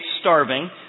starving